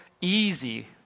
easy